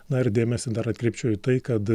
na ir dėmesį dar atkreipčiau į tai kad